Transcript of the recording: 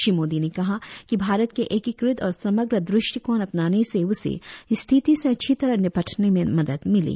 श्री मोदी ने कहा कि भारत के एकीकृत और समग्र दृष्टिकोण अपनाने से उसे स्थिति से अच्छी तरह निपटने में मदद मिली